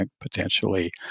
potentially